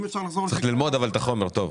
אם אפשר לחזור --- צריך ללמוד את החומר טוב.